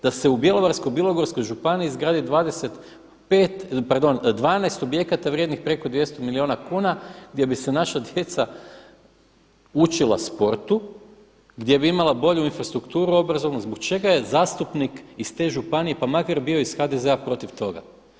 Da se u Bjelovarsko-bilogorskoj županiji izgradi 21, pardon 12 objekata vrijednih preko 200 milijuna kuna gdje bi se naša djeca učila sportu, gdje bi imala bolju infrastrukturu obrazovnu, zbog čega je zastupnik iz te županije pa makar bio iz HDZ-a protiv toga?